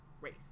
race